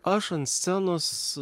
aš ant scenos